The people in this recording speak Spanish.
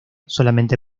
solamente